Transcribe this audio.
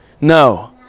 No